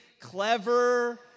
clever